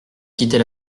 quitter